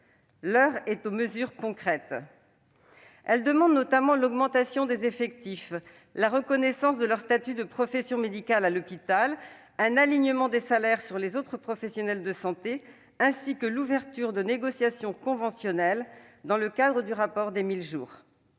l'heure est aux mesures concrètes. Elles demandent notamment une augmentation des effectifs, la reconnaissance de leur statut de profession médicale à l'hôpital, un alignement des salaires sur les autres professionnels de santé, ainsi que l'ouverture de négociations conventionnelles dans le cadre du rapport des 1 000